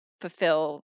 fulfill